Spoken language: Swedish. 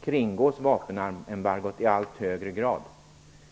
kringgås vapenembargot i allt högre grad.